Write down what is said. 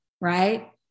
right